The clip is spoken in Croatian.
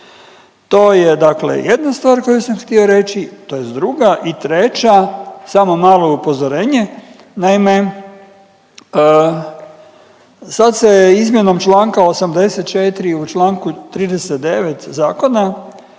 dakle jedna stvar koju sam htio reći tj. druga i treća samo malo upozorenje. Naime, sad se izmjenom Članka 84. u Članku 39. zakona